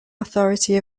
authority